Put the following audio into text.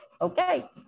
Okay